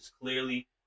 clearly